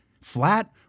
Flat